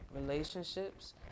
relationships